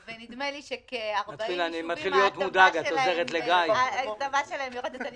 ונדמה לי שכ-40 יישובים ההטבה שלהם יורדת.